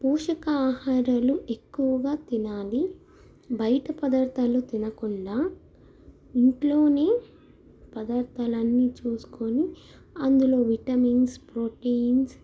పోషకాహారాలు ఎక్కువగా తినాలి బయట పదార్థాలు తినకుండా ఇంట్లో పదార్థాలు అన్నీ చూసుకోని అందులో విటమిన్స్ ప్రోటీన్స్